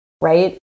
right